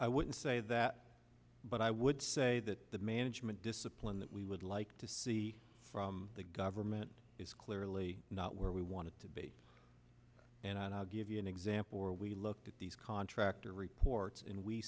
i wouldn't say that but i would say that the management discipline that we would like to see from the government is clearly not where we want to be and i'll give you an example where we looked at these contractor reports and we